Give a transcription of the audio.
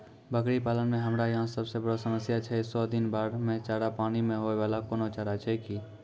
बकरी पालन मे हमरा यहाँ सब से बड़ो समस्या छै सौ दिन बाढ़ मे चारा, पानी मे होय वाला कोनो चारा छै कि?